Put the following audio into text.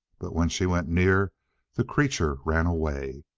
but when she went near the creature ran away.